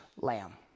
lamb